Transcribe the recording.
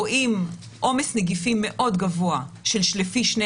רואים עומס נגיפים מאוד גבוה לפי שני